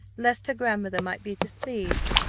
lest her grandmother might be displeased.